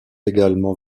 également